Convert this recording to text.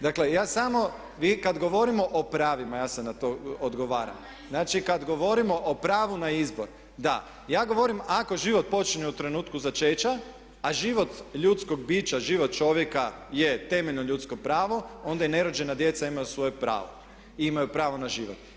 Dakle, ja samo, vi kad govorimo o pravima, ja sad na to odgovaram, znači, kad govorimo o pravu na izbor, da, ja govorim ako život počinje u trenutku začeća a život ljudskog bića, život čovjeka je temeljno ljudsko pravo onda i nerođena djeca imaju svoje pravo i imaju pravo na život.